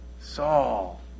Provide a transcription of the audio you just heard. Saul